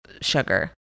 sugar